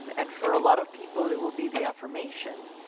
and for a lot of people, it will be the affirmation